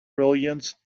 brilliance